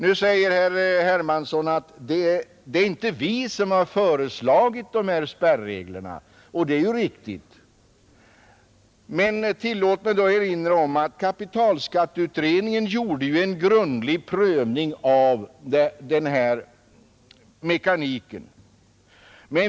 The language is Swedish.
Nu säger herr Hermansson i Stockholm att det inte är kommunisterna som har föreslagit dessa spärregler, och det är ju riktigt. Men tillåt mig då erinra om att kapitalskatteberedningen gjorde en grundlig prövning av denna mekanik.